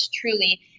truly